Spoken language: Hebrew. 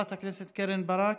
חברת הכנסת קרן ברק,